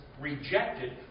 Rejected